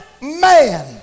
man